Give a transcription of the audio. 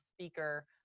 speaker